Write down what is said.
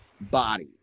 body